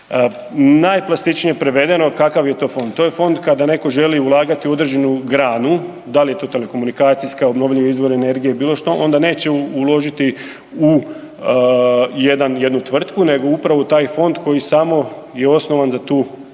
Najplastičnije prevedeno kakav je to fond, to je fond kada neko želi ulagati u određenu granu, da li je to telekomunikacijska, obnovljivi izvori energije, bilo što onda neće uložiti u jednu tvrtku nego upravo u taj fond koji samo je osnovan za taj